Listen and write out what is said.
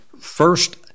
first